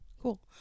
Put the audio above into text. Cool